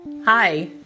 Hi